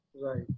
right